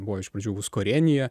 buvo iš pradžių bus uskorienije